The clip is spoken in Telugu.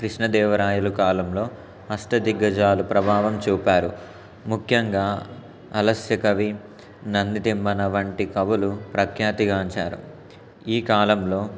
కృష్ణదేవరాయలు కాలంలో అష్ట దిగ్గజాలు ప్రభావం చూపారు ముఖ్యంగా అలసాని కవి నంది తిమ్మన వంటి కవులు ప్రఖ్యాతిగాంచారు ఈ కాలంలో